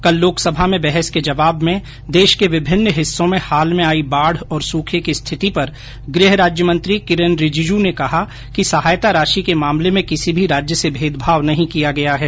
कल लोकसभा में बहस के जवाब में देश के विभिन्न हिस्सों में हाल में आयी बाढ़ और सूखे की स्थिति पर गृह राज्य मंत्री किरेन रिजीजू ने कहा कि सहायता राशि के मामले में किसी भी राज्य से भेदभाव नहीं किया गया है